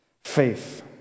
Faith